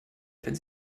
wenn